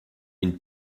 une